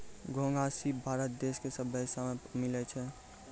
घोंघा, सिप भारत देश के सभ्भे हिस्सा में मिलै छै